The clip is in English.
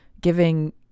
giving